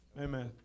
Amen